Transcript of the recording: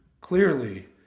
clearly